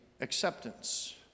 acceptance